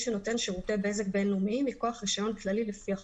שנותן שירותי בזק בין-לאומיים מכוח רישיון כללי לפי החוק,